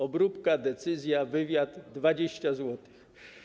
Obróbka, decyzja, wywiad - 20 zł.